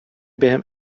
بهم